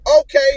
Okay